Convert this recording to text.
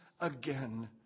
again